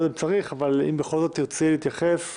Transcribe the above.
היות ואני לא יודע אם את כל הנתונים שהוא מבקש לשקלל יש מישהו